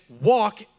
walk